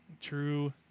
True